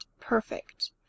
perfect